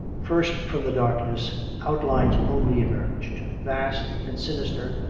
first from the darkness outlines only emerged, vast and sinister,